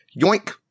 yoink